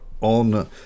on